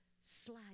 slide